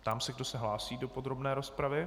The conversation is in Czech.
Ptám se, kdo se hlásí do podrobné rozpravy.